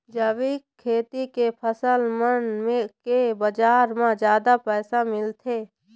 जैविक खेती के फसल मन के बाजार म जादा पैसा मिलथे